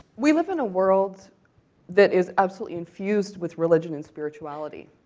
we live in a world that is absolutely infused with religion and spirituality,